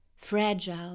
fragile